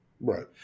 Right